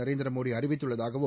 Narendra Modi அறிவித்துள்ளதாகவும்